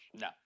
No